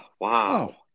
wow